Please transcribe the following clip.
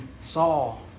Saul